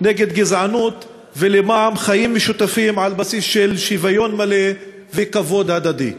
נגד גזענות ולמען חיים משותפים על בסיס של שוויון מלא וכבוד הדדי.